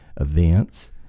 events